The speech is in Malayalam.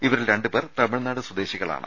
ഇവരിൽ രണ്ടു പേർ തമിഴ്നാട് സ്വദേശികളാണ്